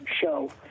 show